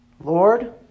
Lord